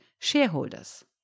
shareholders